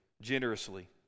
generously